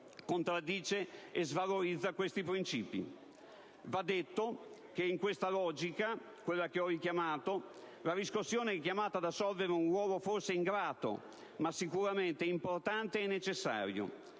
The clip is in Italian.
contraddice e svalorizza questi principi. Va detto che, nella logica che ho ricordato, la riscossione è chiamata ad assolvere a un ruolo forse ingrato, ma sicuramente importante e necessario.